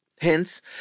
Hence